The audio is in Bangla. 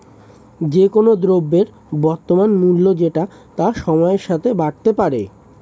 যে কোন দ্রব্যের বর্তমান মূল্য যেটা তা সময়ের সাথে বাড়তে পারে